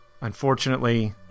unfortunately